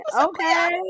okay